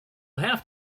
have